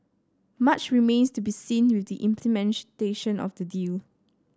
much remains to be seen with the implementation of the deal